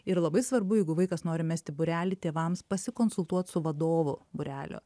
yra labai svarbu jeigu vaikas nori mesti būrelį tėvams pasikonsultuot su vadovu būrelio